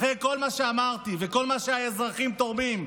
אחרי כל מה שאמרתי וכל מה שהאזרחים תורמים,